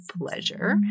pleasure